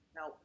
Now